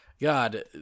God